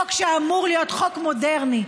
חוק שאמור להיות חוק מודרני,